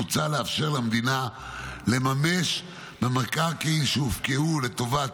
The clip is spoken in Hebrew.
מוצע לאפשר למדינה לממש במקרקעין שהובקעו לטובת